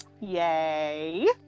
Yay